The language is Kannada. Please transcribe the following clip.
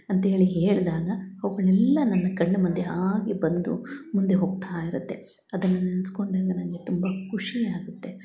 ಅಂತೇಳಿ ಹೇಳಿದಾಗ ಅವುಗಳೆಲ್ಲ ನನ್ನ ಕಣ್ಣ ಮುಂದೆ ಹಾಗೆ ಬಂದು ಮುಂದೆ ಹೋಗ್ತಾ ಇರುತ್ತೆ ಅದನ್ನು ನೆನೆಸ್ಕೊಂಡಾಗ ನನಗೆ ತುಂಬ ಖುಷಿ ಆಗುತ್ತೆ